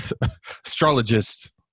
astrologist